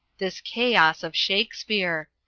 this chaos of shakespeare!